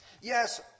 Yes